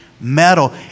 metal